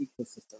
ecosystem